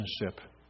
relationship